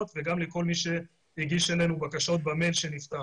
וגם לכל מי שהגיש אלינו בקשות במייל שנפתח.